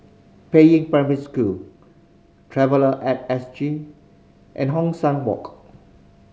Peiying Primary School Traveller At S G and Hong San Walk